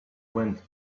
wind